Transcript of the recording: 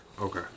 Okay